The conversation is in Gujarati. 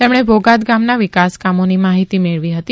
તેમણે ભોગાત ગામના વિકાસના કામોની માહિતી મેળવી હતી